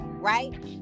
right